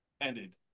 ended